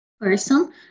person